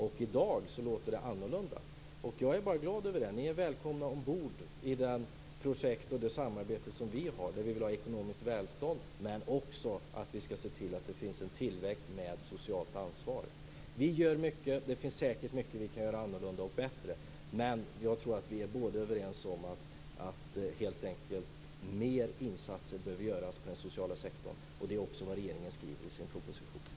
I dag låter det annorlunda. Jag är glad åt det. Ni är välkomna ombord till det projekt och samarbete som vi har. Vi vill ha ekonomiskt välstånd, men vi vill också se till att det finns en tillväxt med socialt ansvar. Vi gör mycket. Det finns säkert mycket vi kan göra annorlunda och bättre. Men jag tror att vi båda är överens om att mer insatser helt enkelt behöver göras på den sociala sektorn. Det är också vad regeringen skriver i sin proposition.